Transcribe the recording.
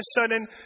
sudden